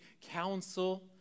counsel